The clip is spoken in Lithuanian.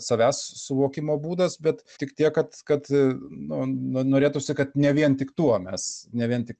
savęs suvokimo būdas bet tik tiek kad kad nu nu norėtųsi kad ne vien tik tuo mes ne vien tik